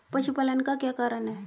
पशुपालन का क्या कारण है?